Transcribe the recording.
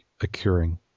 occurring